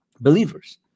believers